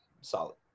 solid